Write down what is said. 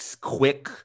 quick